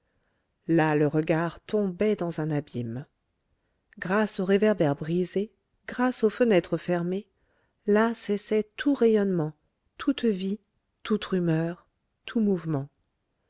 là le regard tombait dans un abîme grâce aux réverbères brisés grâce aux fenêtres fermées là cessait tout rayonnement toute vie toute rumeur tout mouvement